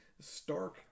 stark